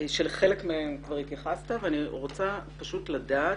שלחלק מהם כבר התייחסת ואני רוצה פשוט לדעת